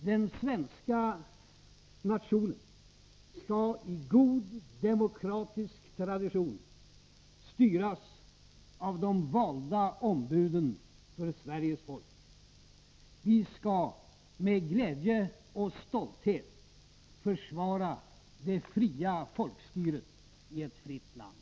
Den svenska nationen skall i god demokratisk tradition styras av de valda ombuden för Sveriges folk. Vi skall med glädje och stolthet försvara det fria folkstyret i ett fritt land.